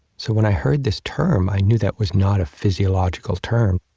so when i heard this term, i knew that was not a physiological term.